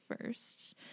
first